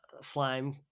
slime